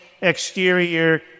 exterior